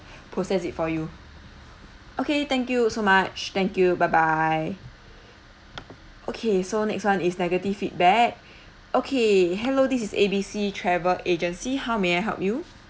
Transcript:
process it for you okay thank you so much thank you bye bye okay so next [one] is negative feedback okay hello this is A_B_C travel agency how may I help you